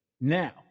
Now